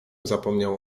zapomniał